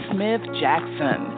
Smith-Jackson